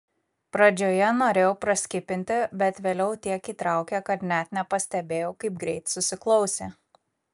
pradžioje norėjau praskipinti bet vėliau tiek įtraukė kad net nepastebėjau kaip greit susiklausė